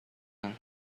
mean